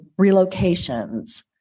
relocations